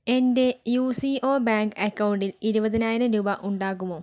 എൻ്റെ U C O bank അക്കൗണ്ടിൽ ഇരുപതിനായിരം രൂപ ഉണ്ടാകുമോ